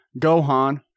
Gohan